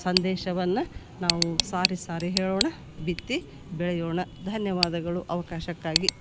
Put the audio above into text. ಸಂದೇಶವನ್ನು ನಾವು ಸಾರಿ ಸಾರಿ ಹೇಳೋಣ ಬಿತ್ತಿ ಬೆಳೆಯೋಣ ಧನ್ಯವಾದಗಳು ಅವಕಾಶಕ್ಕಾಗಿ